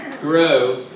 grow